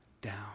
down